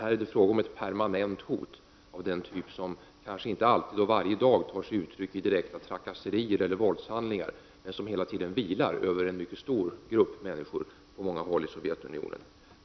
Här är det fråga om permanent hot av den typ som kanske inte varje dag tar sig uttryck i direkta trakasserier eller våldshandlingar men som hela tiden vilar över en mycket stor grupp människor på många håll i Sovjetunionen.